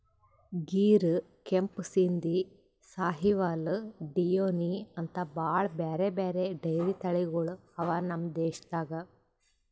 ಗಿರ್, ಕೆಂಪು ಸಿಂಧಿ, ಸಾಹಿವಾಲ್, ಡಿಯೋನಿ ಅಂಥಾ ಭಾಳ್ ಬ್ಯಾರೆ ಬ್ಯಾರೆ ಡೈರಿ ತಳಿಗೊಳ್ ಅವಾ ನಮ್ ದೇಶದಾಗ್